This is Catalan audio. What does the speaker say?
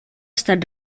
estat